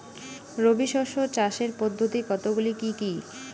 রবি শস্য চাষের পদ্ধতি কতগুলি কি কি?